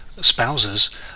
spouses